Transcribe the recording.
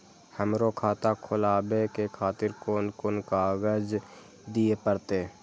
हमरो खाता खोलाबे के खातिर कोन कोन कागज दीये परतें?